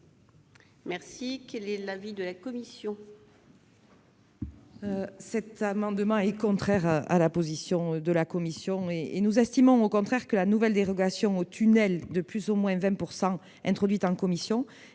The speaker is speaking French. besoin ! Quel est l'avis de la commission ?